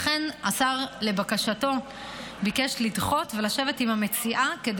לכן השר ביקש לדחות ולשבת עם המציעה כדי